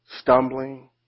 stumbling